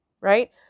right